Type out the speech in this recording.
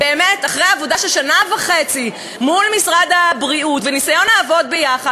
באמת אחרי עבודה של שנה וחצי מול משרד הבריאות וניסיון לעבוד ביחד,